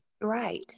Right